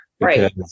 Right